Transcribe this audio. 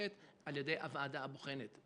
שנערכת על-ידי הוועדה הבוחנת.